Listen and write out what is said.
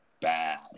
bad